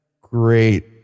Great